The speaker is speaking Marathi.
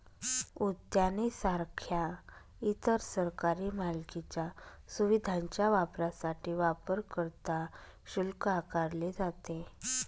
उद्याने सारख्या इतर सरकारी मालकीच्या सुविधांच्या वापरासाठी वापरकर्ता शुल्क आकारले जाते